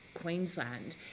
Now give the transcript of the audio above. Queensland